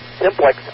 Simplex